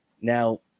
Now